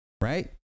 Right